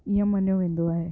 ईअं मञियो वेंदो आहे